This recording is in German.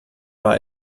war